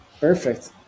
Perfect